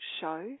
show